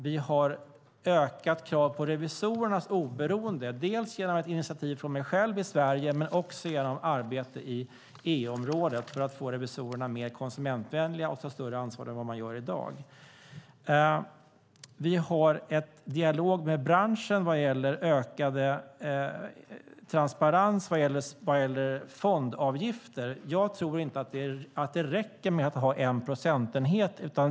Vi har ökat kraven på revisorernas oberoende, dels genom ett initiativ från mig själv i Sverige, dels genom arbete i EU-området för att få revisorerna mer konsumentvänliga och ta större ansvar än i dag. Vi har en dialog med branschen vad gäller ökad transparens i fråga om fondavgifter. Jag tror inte att det räcker med att nämna en procentenhet.